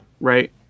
right